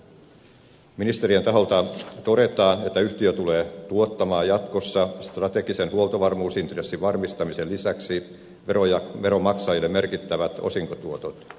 ministeriön taholta todetaan että yhtiö tulee tuottamaan jatkossa strategisen huoltovarmuusintressin varmistamisen lisäksi veronmaksajille merkittävät osinkotuotot